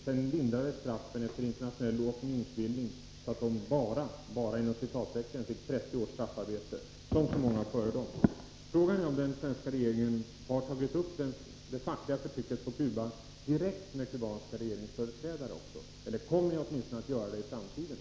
Sedan lindrades straffen, efter internationell opinionsbildning, så att det blev ”bara” 30 års straffarbete, som i så många tidigare fall. Frågan är om den svenska regeringen har tagit upp förtrycket mot facket på Cuba direkt med kubanska regeringsföreträdare, eller kommer ni åtminstone att göra det i framtiden?